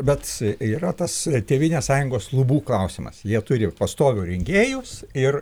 bet yra tas tėvynės sąjungos lubų klausimas jie turi pastovių rengėjų ir